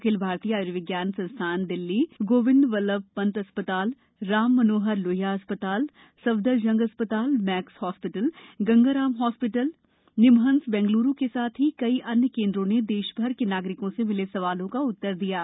अखिल भारतीय आय्र्विज्ञान संस्थान दिल्ली गोविंद वल्लभ पंत अस्पताल राममनोहर लोहिया अस्पताल सफदरजंग अस्पताल मैक्स अस्पताल गंगाराम हॉस्पिटल निमहंस बेंगल्रू के साथ ही कई अन्य केंद्रों ने देशभर के नागरिकों से मिले सवालों का उत्तर दिया है